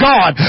God